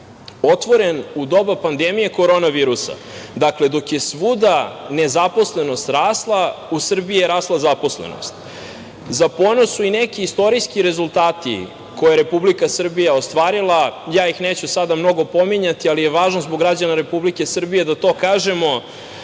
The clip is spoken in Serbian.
otvoren u doba pandemije korona virusa. Dakle, dok je svuda nezaposlenost rasla, u Srbiji je rasla zaposlenost. Za ponos su i neki istorijski rezultati koje je Republika Srbija ostvarila. Ja ih neću sada mnogo pominjati, ali je važno zbog građana Republike Srbije da to kažemo.